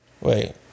wait